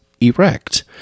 erect